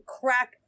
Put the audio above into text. crack